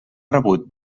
rebut